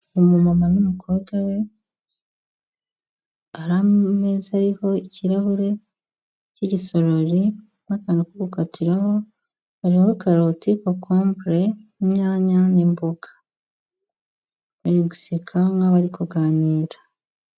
Umumama n'umukobwa hari ameza ariho ikirahure cy'igisorori, n'akantu ko gukatiraho, hariho karoti, kokombure n'inyanya n'imboga, bari guseka nk'abari kuganira.